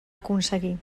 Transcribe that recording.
aconseguir